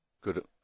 Good